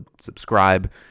subscribe